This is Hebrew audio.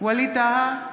ווליד טאהא,